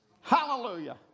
Hallelujah